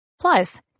Plus